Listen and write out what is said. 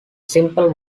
simple